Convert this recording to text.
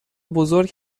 بزرگ